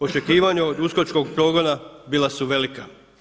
Očekivanja od uskočkog progona bila su velika.